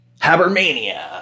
habermania